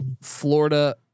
Florida